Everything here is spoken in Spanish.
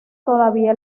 todavía